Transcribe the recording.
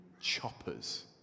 choppers